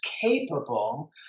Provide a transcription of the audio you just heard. capable